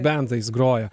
bendais groja